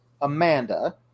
Amanda